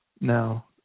Now